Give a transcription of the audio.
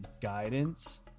guidance